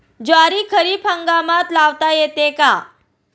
ज्वारी खरीप हंगामात लावता येते का?